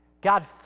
God